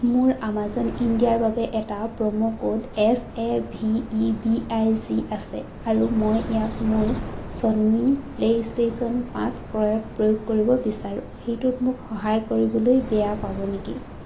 মোৰ আমাজন ইণ্ডিয়াৰ বাবে এটা promo code S A V E B I G আছে আৰু মই ইয়াক মোৰ ছ'নী প্লে' ষ্টেচন পাঁচ ক্ৰয়ত প্ৰয়োগ কৰিব বিচাৰোঁ সেইটোত মোক সহায় কৰিবলৈ বেয়া পাব নেকি